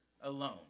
alone